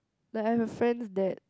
like I have a friend that